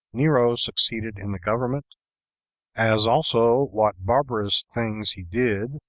nero succeeded in the government as also what barbarous things he did.